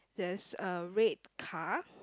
there's a red car